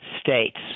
states